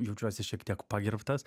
jaučiuosi šiek tiek pagerbtas